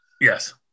Yes